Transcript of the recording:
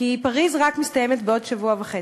כי הוועידה בפריז רק מסתיימת בעוד שבוע וחצי.